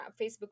Facebook